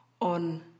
on